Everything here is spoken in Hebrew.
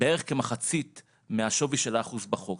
בערך כמחצית מהשווי של האחוז בחוק.